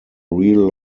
real